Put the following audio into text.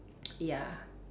ya